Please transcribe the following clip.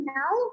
now